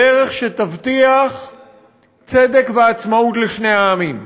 דרך שתבטיח צדק ועצמאות לשני העמים.